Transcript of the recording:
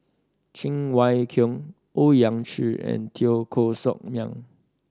Cheng Wai Keung Owyang Chi and Teo Koh Sock Miang